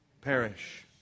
Perish